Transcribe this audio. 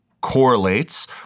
correlates